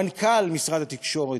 מנכ"ל משרד התקשורת,